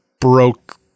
broke